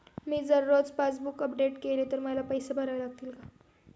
मी जर रोज passbook update केले तर मला पैसे भरावे लागतील का?